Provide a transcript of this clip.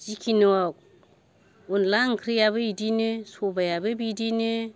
जिखुनु अनला ओंख्रियाबो बिदिनो सबाइआबो बिदिनो